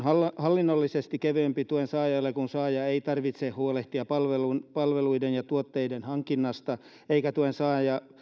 hallinnollisesti kevyempi tuensaajalle kun saajan ei tarvitse huolehtia palveluiden palveluiden ja tuotteiden hankinnasta eikä tuensaajan